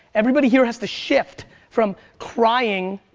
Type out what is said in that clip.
everybody here has to shift from crying,